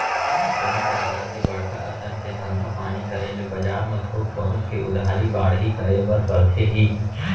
कोनो परकार के बड़का असन के धंधा पानी करे ले बजार म थोक बहुत के उधारी बाड़ही करे बर परथे ही